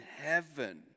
heaven